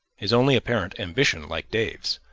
his only apparent ambition, like dave's,